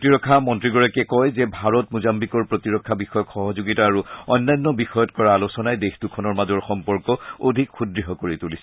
প্ৰতিৰক্ষা মন্ত্ৰীগৰাকীয়ে কয় যে ভাৰত মোজাম্বিকৰ প্ৰতিৰক্ষা বিষয়ক সহযোগিতা আৰু অন্যান্য বিষয়ত কৰা আলোচনাই দেশ দুখনৰ মাজৰ সম্পৰ্ক অধিক সূদ্য় কৰি তুলিব